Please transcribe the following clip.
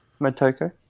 motoko